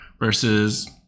versus